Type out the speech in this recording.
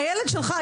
הילד שלך,